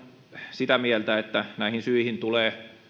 sitä mieltä että näihin syihin tulee